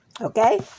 Okay